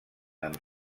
amb